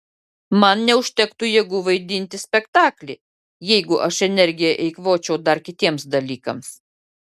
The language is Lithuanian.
man neužtektų jėgų vaidinti spektaklį jeigu aš energiją eikvočiau dar kitiems dalykams